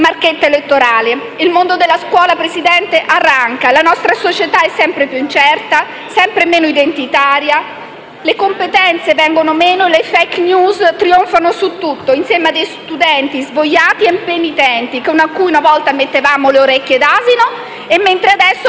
Presidente, il mondo della scuola arranca; la nostra società è sempre più incerta e meno identitaria; le competenze vengono meno e le *fake news* trionfano su tutto, insieme a studenti svogliati e impenitenti, cui una volta mettevamo le orecchie d'asino, mentre adesso